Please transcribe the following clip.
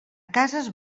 casas